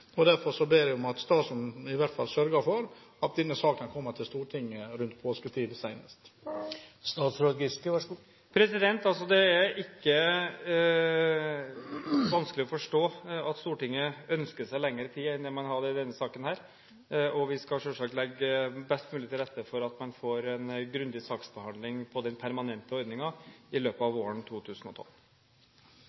om. Derfor ber jeg om at statsråden sørger for at denne saken kommer til Stortinget i hvert fall senest rundt påsketider. Det er ikke vanskelig å forstå at Stortinget ønsker seg lengre tid enn det man hadde i denne saken. Vi skal selvsagt legge best mulig til rette for at man får en grundig saksbehandling av den permanente ordningen i løpet av